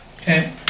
Okay